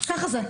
ככה זה.